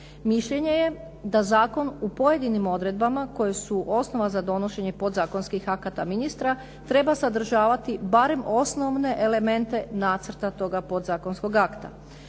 Mišljenje je da zakon u pojedenim odredbama koje su osnova za donošenje podzakonskih akata ministra, treba sadržavati barem osnovne elemente nacrta toga podzakonskog akta.